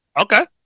Okay